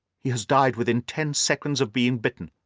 he has died within ten seconds of being bitten.